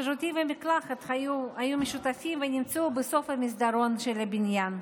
השירותים והמקלחת היו משותפים ונמצאו בסוף המסדרון של הבניין.